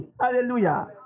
Hallelujah